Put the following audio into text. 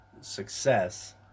success